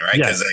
right